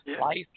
Life